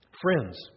Friends